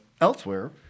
elsewhere